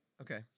Okay